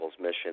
mission